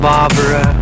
Barbara